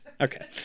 Okay